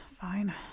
Fine